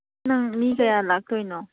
ꯅꯪ ꯃꯤ ꯀꯌꯥ ꯂꯥꯛꯇꯣꯏꯅꯣ